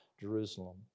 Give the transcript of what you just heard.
Jerusalem